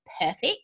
perfect